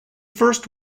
first